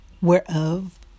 whereof